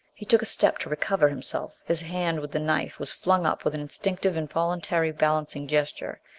he took a step to recover himself his hand with the knife was flung up with an instinctive, involuntary balancing gesture.